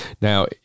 Now